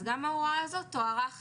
גם ההוראה הזאת תוארך